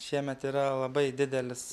šiemet yra labai didelis